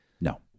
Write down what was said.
No